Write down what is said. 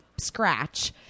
scratch